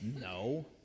No